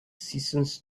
seasons